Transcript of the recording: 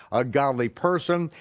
a godly person,